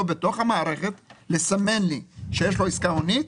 בתוך המערכת לסמן לי שיש לו עסקה הונית,